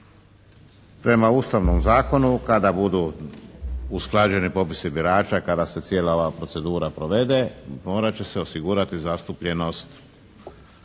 prema Ustavnom zakonu kada budu usklađeni popisi birača, kada se cijela ova procedura provede morat će se osigurati zastupljenost